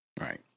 Right